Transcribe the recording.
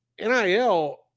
NIL